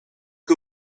que